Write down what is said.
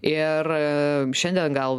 ir šiandien gal